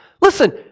Listen